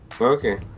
Okay